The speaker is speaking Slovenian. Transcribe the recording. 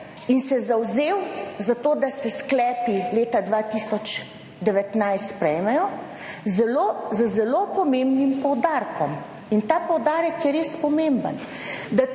in se zavzel za to, da se sklepi leta 2019 sprejmejo zelo z zelo pomembnim poudarkom in ta poudarek je res pomemben.